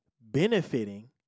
benefiting